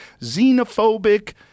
xenophobic